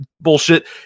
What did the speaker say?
bullshit